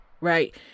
right